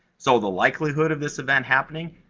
so, the likelihood of this event happening?